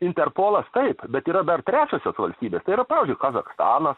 interpolas taip bet yra dar trečiosios valstybės tai yra pavyzdžiui kazachstanas